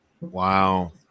Wow